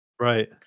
Right